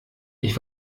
ich